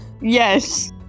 Yes